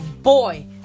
boy